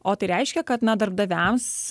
o tai reiškia kad na darbdaviams